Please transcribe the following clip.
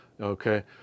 okay